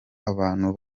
abantu